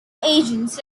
agents